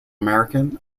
american